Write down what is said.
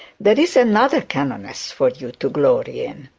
there is another canoness for you to glory in.